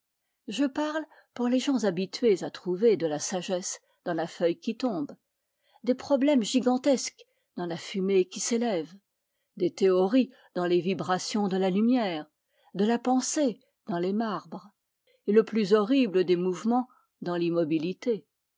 je parle pour les gens habitués à trouver de la sagesse dans la feuille qui tombe des problèmes gigantesques dans la fumée qui s'élève des théories dans les vibrations de la lumière de la pensée dans les marbres et le plus horrible des mouvements dans l'immobilité